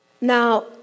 Now